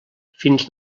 fins